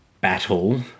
battle